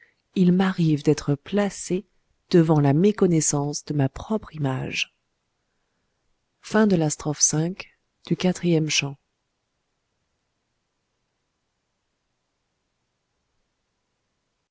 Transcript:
il m'arrive d'être placé devant la méconnaissance de ma propre image